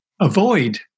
avoid